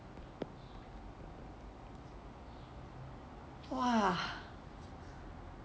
!wah!